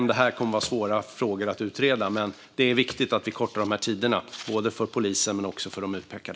Det här kommer att vara svåra frågor att utreda, men det är viktigt att vi kortar tiderna både för polisen och för de utpekade.